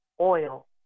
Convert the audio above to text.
oil